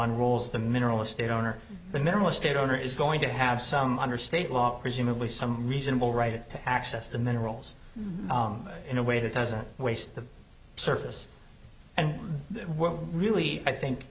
on roles the mineral estate owner the mineral estate owner is going to have some under state law presumably some reasonable right to access the minerals in a way that doesn't waste the surface and really i think